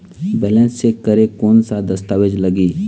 Balance check करें कोन सा दस्तावेज लगी?